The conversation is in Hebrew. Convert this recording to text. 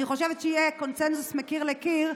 אני חושבת שיהיה קונסנזוס מקיר לקיר,